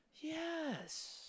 Yes